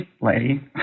lady